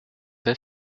est